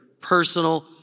personal